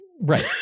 Right